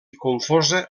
confosa